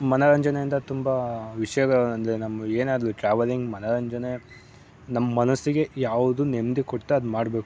ಮನೋರಂಜನೆಯಿಂದ ತುಂಬ ವಿಷಯಗಳು ಅಂದರೆ ನಮ್ಮ ಏನಾದರೂ ಟ್ರಾವಲಿಂಗ್ ಮನೋರಂಜನೆ ನಮ್ಮ ಮನಸ್ಸಿಗೆ ಯಾವುದು ನೆಮ್ಮದಿ ಕೊಡ್ತೆ ಅದು ಮಾಡಬೇಕು